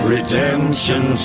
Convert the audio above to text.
Redemption